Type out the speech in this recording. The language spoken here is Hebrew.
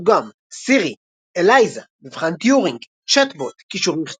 ראו גם סירי אלייזה מבחן טיורינג צ'אטבוט קישורים